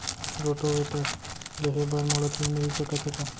Rotavator लेहे बर मोला ऋण मिलिस सकत हे का?